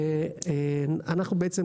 אנחנו בעצם,